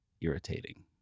irritating